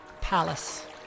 palace